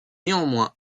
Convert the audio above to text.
néanmoins